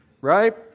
right